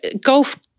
golf